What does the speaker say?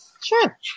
Sure